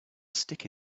stick